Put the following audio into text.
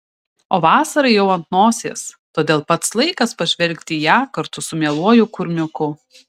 o vasara jau ant nosies todėl pats laikas pažvelgti į ją kartu su mieluoju kurmiuku